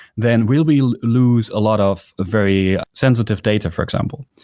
then will we lose a lot of very sensitive data, for example?